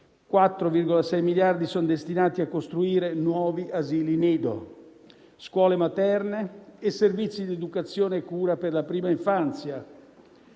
4,6 miliardi sono destinati a costruire nuovi asili nido, scuole materne e servizi di educazione e cura per la prima infanzia;